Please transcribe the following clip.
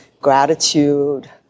gratitude